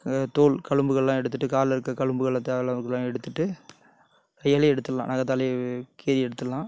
க தோல் கழும்புகள்லாம் எடுத்துவிட்டு காலில் இருக்க கழும்புகளை தேவையில்லாத அளவுக்குலாம் எடுத்துகிட்டு கையாலே எடுத்துரலாம் நகத்தாலையே கீரி எடுத்துரலாம்